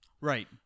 Right